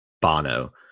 Bono